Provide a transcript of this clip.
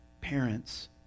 parents